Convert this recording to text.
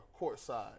courtside